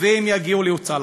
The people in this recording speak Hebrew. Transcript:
והם יגיעו להוצאה,